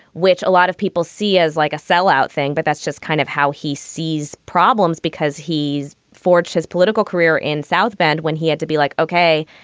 which a lot of people see as like a sellout thing. but that's just kind of how he sees problems because he's forged his political career in south bend when he had to be like, okay,